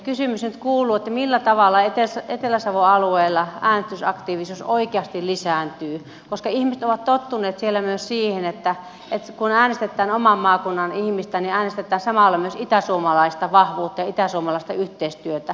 kysymys nyt kuuluu millä tavalla etelä savon alueella äänestysaktiivisuus oikeasti lisääntyy koska ihmiset ovat tottuneet siellä myös siihen että kun äänestetään oman maakunnan ihmistä niin äänestetään samalla myös itäsuomalaista vahvuutta ja itäsuomalaista yhteistyötä